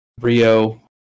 Rio